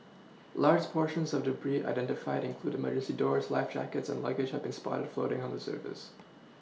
large portions of debris identified include the emergency doors life jackets and luggage have been spotted floating on the surface